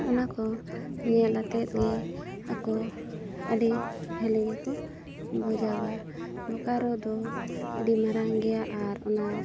ᱚᱱᱟ ᱠᱚ ᱧᱮᱞ ᱠᱟᱛᱮᱫ ᱜᱮ ᱟᱠᱚ ᱟᱹᱰᱤ ᱵᱷᱟᱹᱞᱤ ᱜᱮᱠᱚ ᱵᱩᱡᱟᱹᱣᱟ ᱵᱚᱠᱟᱨᱳ ᱫᱚ ᱟᱹᱰᱤ ᱢᱟᱨᱟᱝ ᱜᱮᱭᱟ ᱟᱨ ᱚᱱᱟ